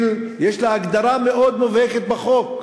יש לה הגדרה מאוד מובהקת בחוק.